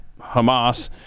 Hamas